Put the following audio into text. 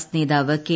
S നേതാവ് K